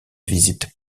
visite